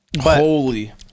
holy